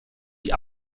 die